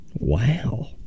Wow